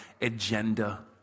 agenda